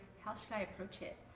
how should i approach it?